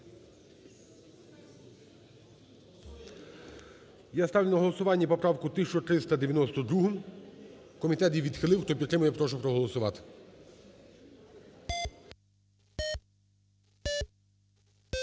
Я ставлю на голосування поправку 1392. Комітет її відхилив. Хто підтримує, прошу проголосувати.